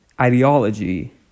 ideology